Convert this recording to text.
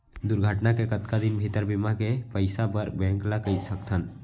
दुर्घटना के कतका दिन भीतर बीमा के पइसा बर बैंक ल कई सकथन?